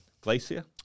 glacier